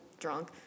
drunk